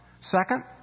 Second